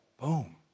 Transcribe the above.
boom